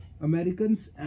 Americans